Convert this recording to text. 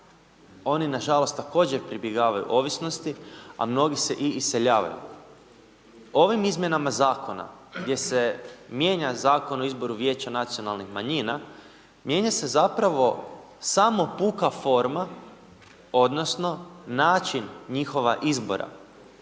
oni nažalost također pribjegavaju ovisnosti, a mnogi se i iseljavaju. Ovim izmjenama zakona gdje se mijenja Zakon o izboru vijeća nacionalnih manjina mijenja se zapravo puka forma odnosno način njihova izbora.